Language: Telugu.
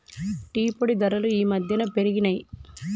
టీ పొడి ధరలు ఈ మధ్యన పెరిగినయ్